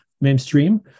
mainstream